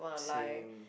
same